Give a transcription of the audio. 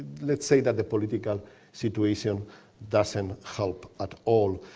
let's say that the political situation doesn't help at all.